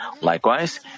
Likewise